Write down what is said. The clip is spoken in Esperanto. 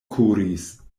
kuris